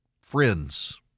friends